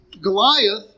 Goliath